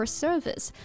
service